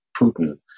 Putin